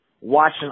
watching